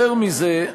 יותר מזה,